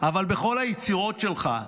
אבל בכל היצירות שלך,